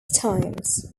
times